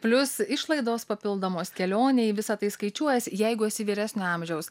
plius išlaidos papildomos kelionei visa tai skaičiuojasi jeigu esi vyresnio amžiaus